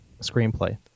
screenplay